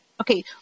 Okay